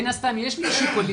מן הסתם יש לי שיקולים,